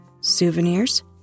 Souvenirs